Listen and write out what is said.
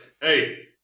hey